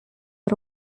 are